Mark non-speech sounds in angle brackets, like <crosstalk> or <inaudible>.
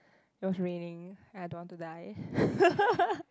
it was raining and I don't want to die <laughs>